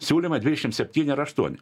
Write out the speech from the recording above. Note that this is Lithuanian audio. siūlimai dvidešim septyni ir aštuoni